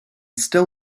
still